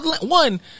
one